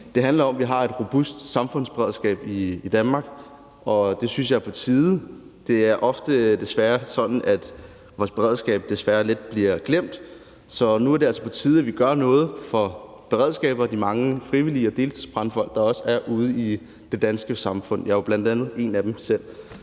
Det handler om, at vi har et robust samfundsberedskab i Danmark, og det synes jeg er på tide. Det er desværre ofte sådan, at vores beredskab lidt bliver glemt, så nu er det altså på tide, at vi gør noget for beredskabet og de mange frivillige og deltidsbrandfolk, der også er ude i det danske samfund. Jeg er jo bl.a. en af dem selv.